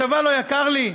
הצבא לא יקר לי?